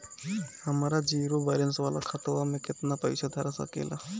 हमार zero balance वाला खतवा म केतना पईसा धरा सकेला?